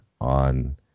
on